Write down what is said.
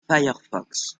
firefox